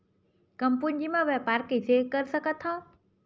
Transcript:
कम पूंजी म व्यापार कइसे कर सकत हव?